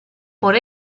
por